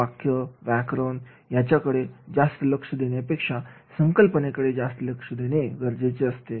वाक्य व्याकरण यांच्याकडे जास्त लक्ष देण्यापेक्षासंकल्पनेकडे जास्त लक्ष देणे गरजेचे असते